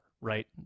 right